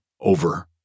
over